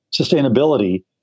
sustainability